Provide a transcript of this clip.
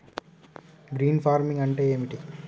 Green farming అంటే ఏమిటి?